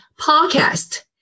podcast